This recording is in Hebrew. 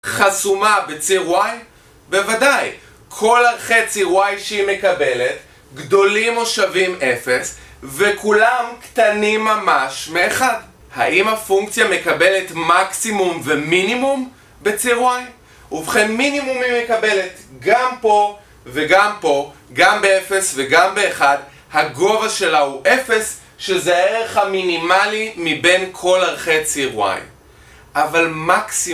חסומה בציר Y? בוודאי! כל ערכי ציר Y שהיא מקבלת, גדולים או שווים 0, וכולם קטנים ממש מאחד, האם הפונקציה מקבלת מקסימום ומינימום בציר Y? ובכן מינימום היא מקבלת גם פה וגם פה, גם ב-0 וגם ב-1, הגובה שלה הוא 0 שזה הערך המינימלי מבין כל ערכי ציר Y. אבל מקסי...